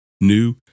new